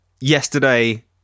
yesterday